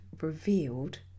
revealed